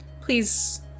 please